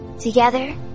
Together